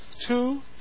two